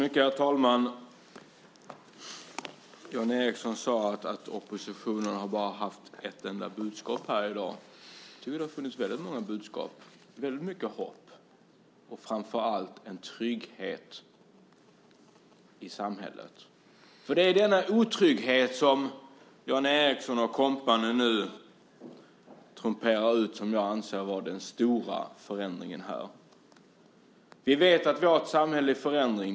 Herr talman! Jan Ericson sade att oppositionen bara har haft ett enda budskap här i dag. Jag tycker att det har funnits väldigt många budskap och väldigt mycket hopp. Framför allt har det talats om en trygghet i samhället. Det är den otrygghet som Jan Ericson och kompani nu trumpetar ut som jag anser vara den stora förändringen. Vi vet att vi har ett samhälle i förändring.